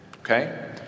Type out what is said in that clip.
okay